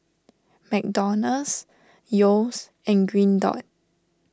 McDonald's Yeo's and Green Dot